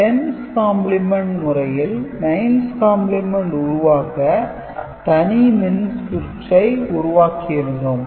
10's complement முறையில் 9's complement உருவாக்க தனி மின்சுற்றை உருவாக்கி இருந்தோம்